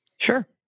Sure